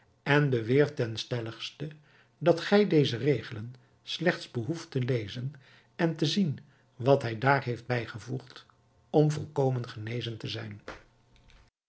en beweert ten stelligste dat gij deze regelen slechts behoeft te lezen en te zien wat hij daar heeft bijgevoegd om volkomen genezen te zijn